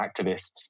activists